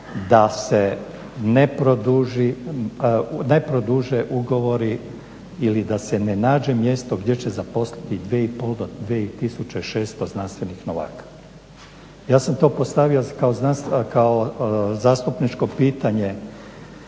da se ne produže ugovori ili da se ne nađe mjesto gdje će zaposliti 2,5 do 2600 znanstvenih novaka. Ja sam to postavio kao zastupničko pitanje